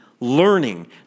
learning